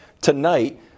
Tonight